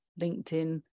LinkedIn